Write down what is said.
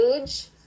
age